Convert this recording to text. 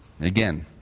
Again